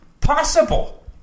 possible